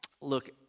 Look